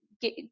get